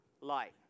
Light